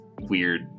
weird